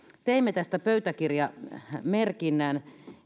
teimme tästä pöytäkirjamerkinnän